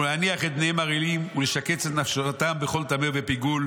ולהניח את בניהם בלתי מולים ולשקץ את נפשותם בכל טמא ופיגול.